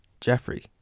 Jeffrey